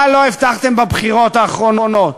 מה לא הבטחתם בבחירות האחרונות?